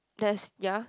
that's ya